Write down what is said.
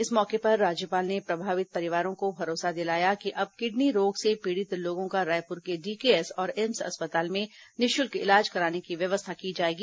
इस मौके पर राज्यपाल ने प्रभावित परिवारों को भरोसा दिलाया कि अब किडनी रोग से पीड़ित लोगों का रायपुर के डीकेएस और एम्स अस्पताल में निःशुल्क इलाज कराने की व्यवस्था की जाएगी